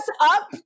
up